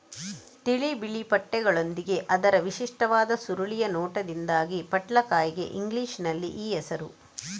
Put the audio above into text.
ತಿಳಿ ಬಿಳಿ ಪಟ್ಟೆಗಳೊಂದಿಗೆ ಅದರ ವಿಶಿಷ್ಟವಾದ ಸುರುಳಿಯ ನೋಟದಿಂದಾಗಿ ಪಟ್ಲಕಾಯಿಗೆ ಇಂಗ್ಲಿಷಿನಲ್ಲಿ ಈ ಹೆಸರು